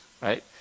Right